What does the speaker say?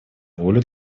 волю